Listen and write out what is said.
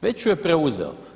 Već ju je preuzeo.